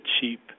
cheap